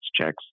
checks